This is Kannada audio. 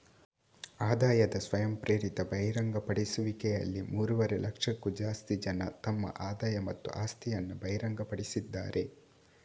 ಆದಾಯದ ಸ್ವಯಂಪ್ರೇರಿತ ಬಹಿರಂಗಪಡಿಸುವಿಕೆಯಲ್ಲಿ ಮೂರುವರೆ ಲಕ್ಷಕ್ಕೂ ಜಾಸ್ತಿ ಜನ ತಮ್ಮ ಆದಾಯ ಮತ್ತು ಆಸ್ತಿಯನ್ನ ಬಹಿರಂಗಪಡಿಸಿದ್ದಾರೆ